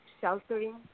sheltering